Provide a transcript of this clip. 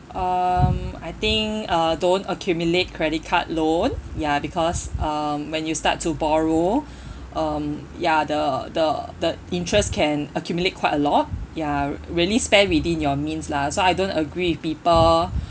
um I think uh don't accumulate credit card loan ya because um when you start to borrow um ya the the the interest can accumulate quite a lot ya really spend within your means lah so I don't agree with people